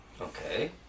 Okay